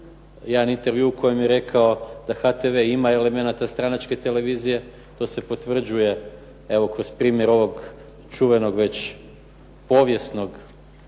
jedan intervju u kojem je rekao, da HTV ima elemenata stranačke televizije. To se potvrđuje evo kroz primjer ovog čuvenog već povijesnog